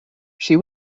she